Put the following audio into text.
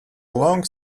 long